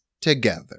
together